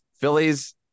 Phillies